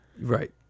Right